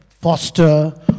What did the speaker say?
foster